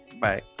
Bye